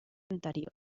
anterior